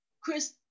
Chris